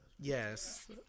yes